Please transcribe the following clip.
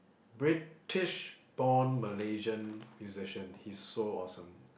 British born Malaysian musician he's so awesome